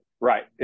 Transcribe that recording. Right